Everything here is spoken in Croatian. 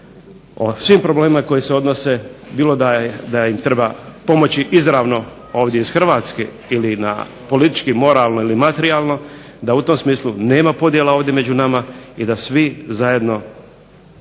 o svim problemima koji se odnose, bilo da im treba pomoći izravno ovdje iz Hrvatske ili politički, moralno ili materijalno, da u tom smislu nema podjela ove među nama i da svi zajedno podržimo